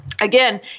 again